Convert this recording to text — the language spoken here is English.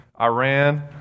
Iran